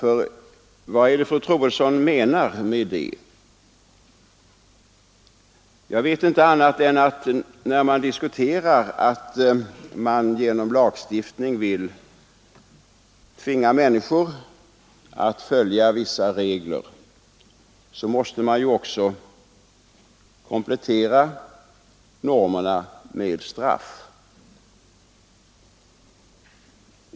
Såvitt jag vet måste man, om man genom lagstiftning vill tvinga människor att följa vissa regler, också komplettera normerna med straff.